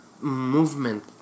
movement